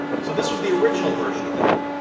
so this was the original version of that.